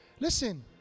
Listen